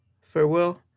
Farewell